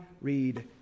read